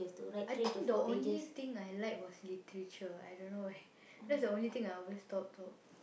I think the only thing I like was literature I don't know eh that's the only thing I always top top